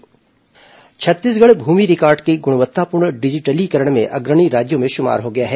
भूमि डिजिटलीकरण छत्तीसगढ़ भूमि रिकॉर्ड के गृणवत्तापूर्ण डिजिटलीकरण में अग्रणी राज्यों में शुमार हो गया है